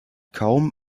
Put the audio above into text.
kaum